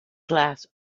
glass